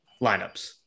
lineups